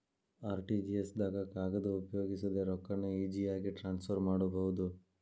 RTGS ದಾಗ ಕಾಗದ ಉಪಯೋಗಿಸದೆ ರೊಕ್ಕಾನ ಈಜಿಯಾಗಿ ಟ್ರಾನ್ಸ್ಫರ್ ಮಾಡಬೋದು